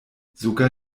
sogar